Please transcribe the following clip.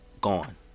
Gone